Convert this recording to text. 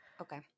Okay